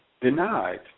denied